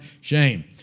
shame